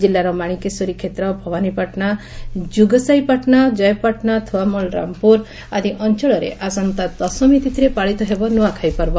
କିଲ୍କୁର ମାଶିକେଶ୍ୱରୀ କେତ୍ର ଭବାନୀପାଟଶା କୁଗସାଇପାଟଶା ଜୟପାଟଶା ଥୁଆମୁଳ ରାମପୁର ଆଦି ଅଂଚଳରେ ଆସନ୍ତା ଦଶମୀ ତିଥିରେ ପାଳିତ ହେବ ନ୍ଆଖାଇ ପର୍ବ